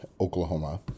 Oklahoma